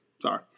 Sorry